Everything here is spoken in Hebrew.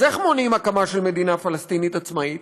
אז איך מונעים הקמה של מדינה פלסטינית עצמאית?